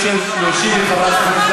יש לך שלוש דקות.